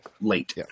late